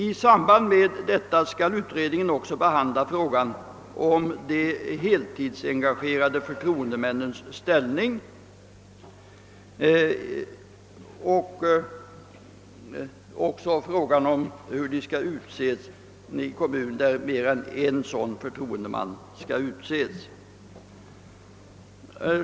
I samband med detta skall utredningen också behandla frågan om de heltidsengagerade förtroendemännens ställning och även frågan, hur de skall utses i kommuner där mer än en sådan förtroendeman skall tillsättas.